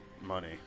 money